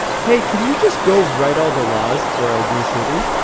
hey, can you just go write all the laws for our new city?